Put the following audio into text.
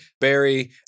Barry